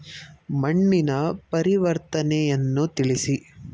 ಮಣ್ಣಿನ ಪರಿವರ್ತನೆಯನ್ನು ತಿಳಿಸಿ?